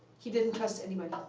he didn't trust anybody.